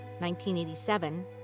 1987